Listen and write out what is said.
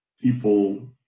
people